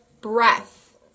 breath